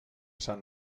sant